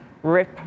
Rip